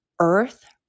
earth